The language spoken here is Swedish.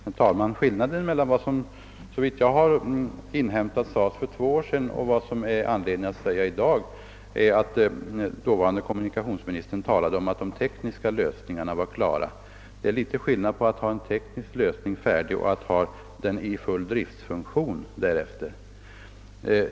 Herr talman! Det ligger en skillnad i vad som enligt vad jag inhämtat sades för två år sedan och det som det finns anledning att säga i dag. Det är skillnad mellan att ha en teknisk lösning färdig och att ha den i full drift.